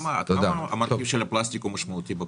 כמה המרכיב של הפלסטיק משמעותי בכוס?